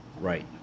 Right